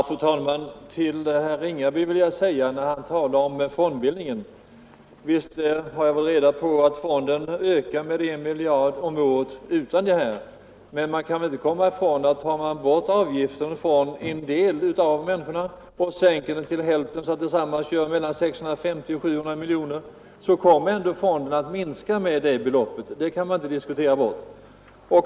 Fru talman! Herr Ringaby talar om fondbildningen. Visst har vi reda på att AP-fonderna ökar med 1 miljard om året. Men man kan väl inte komma ifrån att om avgiften sänks till hälften för en del människor, så kommer fonderna att minska med totalt 650—700 miljoner kronor. Det kan man inte diskutera bort.